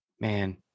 man